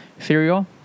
cereal